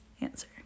answer